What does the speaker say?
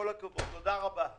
כל הכבוד, תודה רבה.